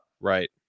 Right